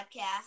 podcast